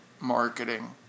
marketing